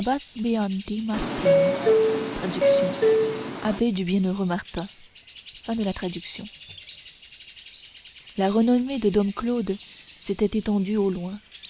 beati martini la renommée de dom claude s'était étendue au loin